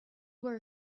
were